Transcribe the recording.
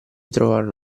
trovarono